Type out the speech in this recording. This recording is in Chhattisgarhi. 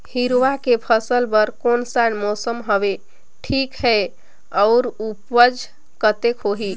हिरवा के फसल बर कोन सा मौसम हवे ठीक हे अउर ऊपज कतेक होही?